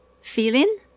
feeling